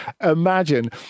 imagine